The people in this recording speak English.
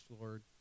Lord